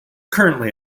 currently